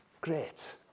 Great